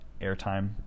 airtime